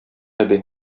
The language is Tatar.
әби